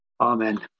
Amen